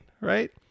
right